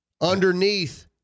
underneath